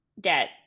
debt